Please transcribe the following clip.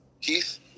Keith